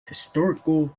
historical